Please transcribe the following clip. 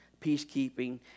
peacekeeping